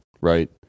right